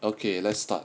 okay let's start